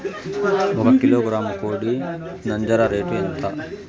ఒక కిలోగ్రాము కోడి నంజర రేటు ఎంత?